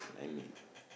I mean